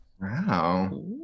Wow